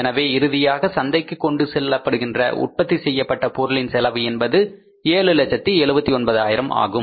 எனவே இறுதியாக சந்தைக்கு கொண்டு செல்லப்படுகின்ற உற்பத்தி செய்யப்பட்ட பொருட்களின் செலவு என்பது 779000 ஆகும்